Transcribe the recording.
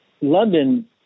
London